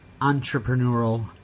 entrepreneurial